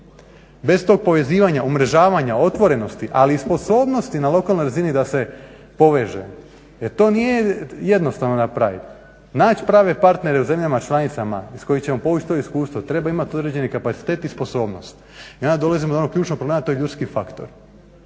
Bez tog povezivanja, umrežavanja, otvorenosti ali i sposobnosti na lokalnoj razini da se poveže jel to nije jednostavno napraviti. Naći prave partnere u zemljama članicama iz kojih ćemo povući to iskustvo treba imati određeni kapacitet i sposobnost. I onda dolazimo do onog ključnog problema, to je ljudski faktor.